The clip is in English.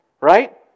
right